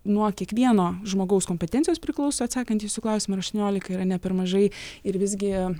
nuo kiekvieno žmogaus kompetencijos priklauso atsakant į jūsų klausimą ar aštuoniolika yra ne per mažai ir visgi